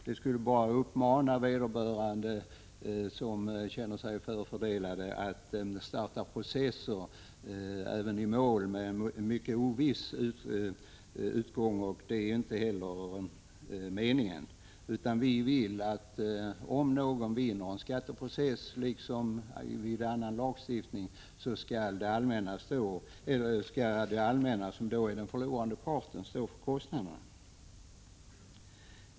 Det skulle bara uppmana dem som känner sig förfördelade att starta processer även i mål med mycket oviss utgång, och det är inte heller meningen. Vi vill att, om någon vinner en skatteprocess, måste det allmänna — som är den förlorande parten — också stå för kostnaderna.